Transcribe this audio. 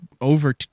over